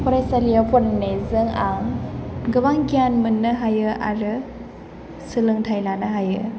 फरायसालियाव फरायनायजों आं गोबां गियान मोननो हायो आरो सोलोंथाइ लानो हायो